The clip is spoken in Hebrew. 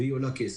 והיא עולה כסף.